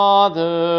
Father